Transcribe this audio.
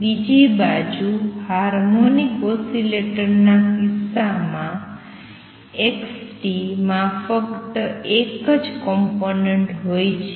બીજી બાજુ હાર્મોનિક ઓસિલેટરના કિસ્સામાં xt માં ફક્ત એક જ કોમ્પોનંટ હોય છે